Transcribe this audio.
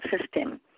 system